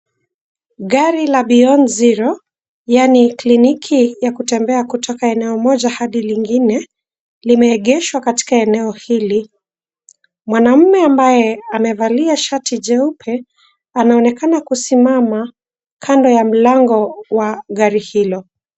Gari la Beyond Zero yaani kliniki ya kutembea kutoka eneo moja hadi lingine limeegeshwa katika eneo hili. Mwanamume ambaye amevalia shati jeupe anaonekana kusimama kando ya mlango wa gari hilo.